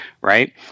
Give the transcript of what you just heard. right